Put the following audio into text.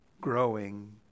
growing